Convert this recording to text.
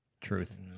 Truth